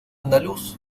andaluz